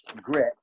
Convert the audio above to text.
grit